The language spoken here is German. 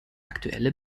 aktuelle